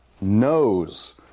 knows